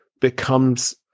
becomes